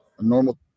normal